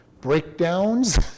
breakdowns